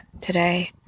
today